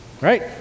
Right